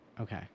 Okay